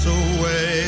away